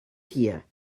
here